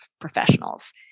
professionals